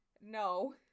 no